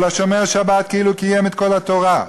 כל השומר שבת כאילו קיים את כל התורה,